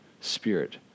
spirit